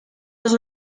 los